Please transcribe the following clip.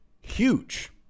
huge